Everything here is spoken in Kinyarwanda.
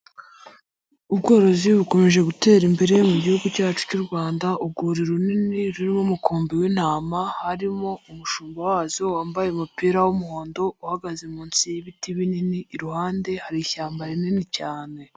Ubworozi bukomeje gutera imbere mu gihugu cyacu cy'u Rwanda. Urwuri runini rw'umukumbi w'intama harimo umushumba wazo wambaye umupira w'umuhondo uhagaze munsi y'ibiti binini iruhande hari ishyamba rinini cyane.